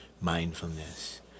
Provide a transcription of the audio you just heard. mindfulness